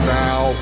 now